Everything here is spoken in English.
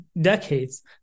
decades